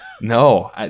No